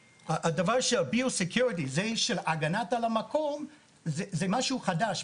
ה-Bio-security של הגנה על המקום זה דבר חדש,